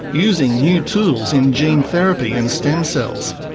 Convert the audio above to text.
using new tools in gene therapy and stem cells.